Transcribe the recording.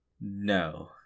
No